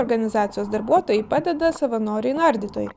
organizacijos darbuotojai padeda savanoriai nardytojai